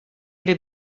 era